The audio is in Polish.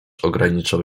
ograniczał